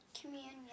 Communion